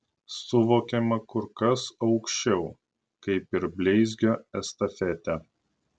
suvokiama kur kas aukščiau kaip ir bleizgio estafetė